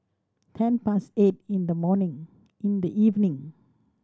ten past eight in the morning in the evening